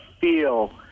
feel